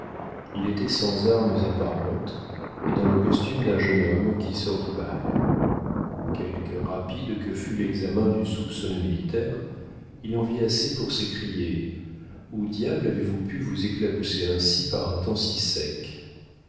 il était sans armes apparentes et dans le costume d'un jeune homme qui sort du bal quelque rapide que fût l'examen du soupçonneux militaire il en vit assez pour s'écrier où diable avez-vous pu vous éclabousser ainsi par un temps si sec